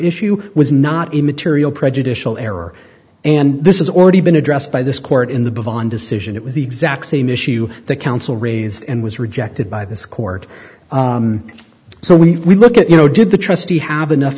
issue was not immaterial prejudicial error and this is already been addressed by this court in the book on decision it was the exact same issue that counsel raised and was rejected by this court so we look at you know did the trustee have enough